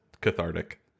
cathartic